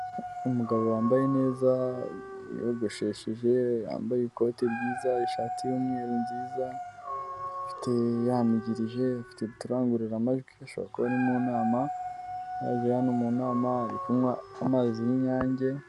Umugabo wambaye neza, wiyogoshesheje, yambaye ikote ryiza, ishati y'umweru nziza, afite yanigirije, afite uturangururamajwi, ashobora kuba ari mu nama, yaje mu nama, ari kunywa amazi y'inyange.